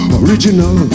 original